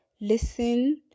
Listen